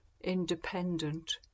Independent